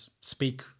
speak